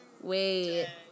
Wait